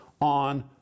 on